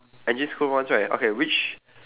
engine school once right okay which